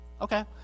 Okay